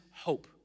hope